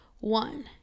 One